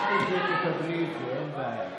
חברת הכנסת גולן, ביקשתי שתקבלי את זה, אין בעיה.